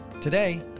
Today